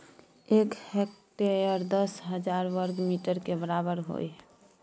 एक हेक्टेयर दस हजार वर्ग मीटर के बराबर होय हय